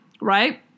right